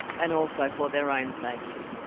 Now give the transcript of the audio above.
and also for their own safety.